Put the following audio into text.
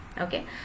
okay